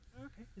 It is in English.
Okay